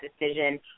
decision